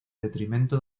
detrimento